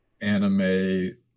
anime